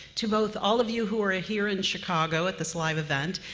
to both all of you who are ah here in chicago at this live event,